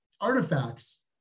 artifacts